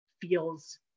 feels